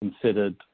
considered